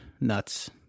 nuts